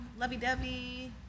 lovey-dovey